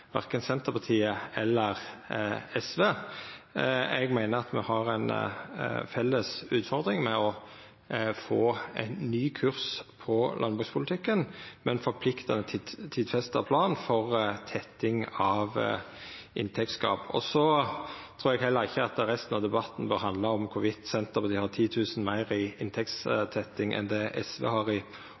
verken Senterpartiet eller SV. Eg meiner me har ei felles utfordring med å få ein ny kurs på landbrukspolitikken, med ein forpliktande, tidfesta plan for å tette inntektsgapet. Så trur eg heller ikkje resten av debatten bør handla om om Senterpartiet har 10 000 kr meir i inntektstetting enn det SV har i